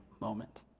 moment